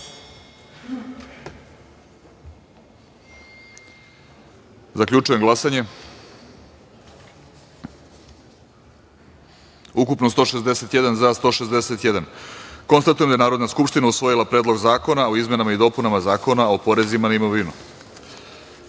celini. Zaključujem glasanje: ukupno – 161, za – 161.Konstatujem da je Narodna skupština usvojila Predlog zakona o izmenama i dopunama Zakona o porezima na imovinu. Sedma